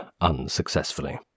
unsuccessfully